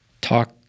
talk